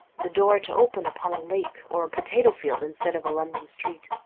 the door to open upon a lake or a potato-field instead of a london street.